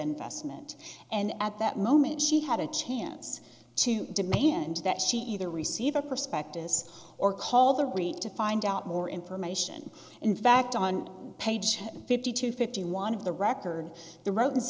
investment and at that moment she had a chance to demand that she either receive a prospectus or call the way to find out more information in fact on page fifty two fifty one of the record the roads